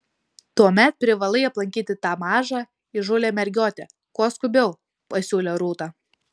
tuomet privalai aplankyti tą mažą įžūlią mergiotę kuo skubiau pasiūlė rūta